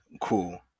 cool